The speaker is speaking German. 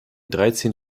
dreizehn